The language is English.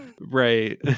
Right